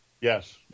Yes